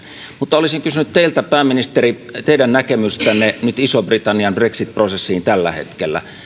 mutta olisin kysynyt teiltä pääministeri teidän näkemystänne ison britannian brexit prosessiin tällä hetkellä